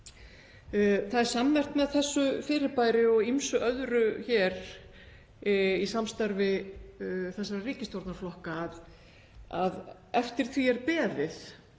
Það er sammerkt með þessu fyrirbæri og ýmsu öðru hér í samstarfi þessara ríkisstjórnarflokka að eftir því er beðið